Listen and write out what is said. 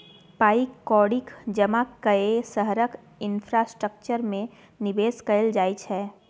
पाइ कौड़ीक जमा कए शहरक इंफ्रास्ट्रक्चर मे निबेश कयल जाइ छै